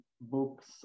books